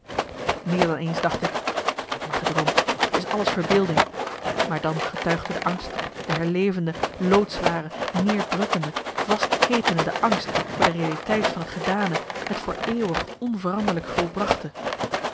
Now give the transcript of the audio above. meer dan eens dacht ik ik heb t maar gedroomd t is alles verbeelding maar dan getuigde de angst de herlevende loodzware neerdrukkende vastketenende angst voor de realiteit van het gedane het voor eeuwig onveranderlijk volbrachte